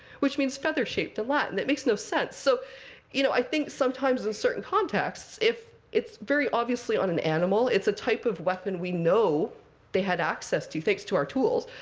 which means feather-shaped in latin. it makes no sense. so you know i think, sometimes in certain contexts, if it's very obviously on an animal, it's a type of weapon we know they had access to, thanks to our tools.